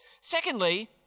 Secondly